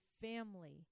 family